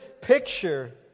picture